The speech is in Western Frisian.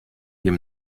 jim